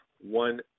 one